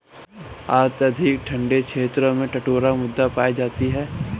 अत्यधिक ठंडे क्षेत्रों में टुण्ड्रा मृदा पाई जाती है